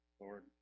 Lord